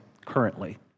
currently